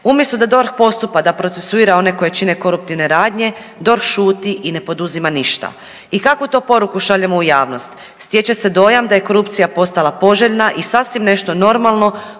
Umjesto da DORH postupa, da procesuira one koji čine koruptivne radnje, DORH šuti i ne poduzima ništa. I kakvu to poruku šaljemo u javnost? Stječe se dojam da je korupcija postala poželjna i sasvim nešto normalno